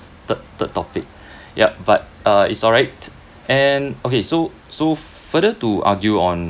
third third topic yup but uh it's alright and okay so so further to argue on